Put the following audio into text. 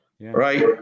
right